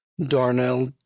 Darnell